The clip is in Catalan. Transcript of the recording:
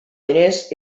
diners